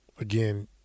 again